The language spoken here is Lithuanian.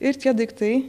ir tie daiktai